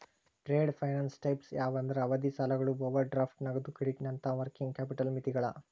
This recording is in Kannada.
ಟ್ರೇಡ್ ಫೈನಾನ್ಸ್ ಟೈಪ್ಸ್ ಯಾವಂದ್ರ ಅವಧಿ ಸಾಲಗಳು ಓವರ್ ಡ್ರಾಫ್ಟ್ ನಗದು ಕ್ರೆಡಿಟ್ನಂತ ವರ್ಕಿಂಗ್ ಕ್ಯಾಪಿಟಲ್ ಮಿತಿಗಳ